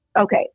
Okay